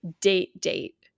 date-date